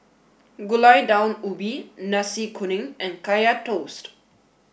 Gulai Daun Ubi Nasi Kuning and Kaya Toast